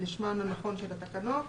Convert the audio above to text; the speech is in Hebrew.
לשמן הנכון של התקנות.